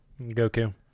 Goku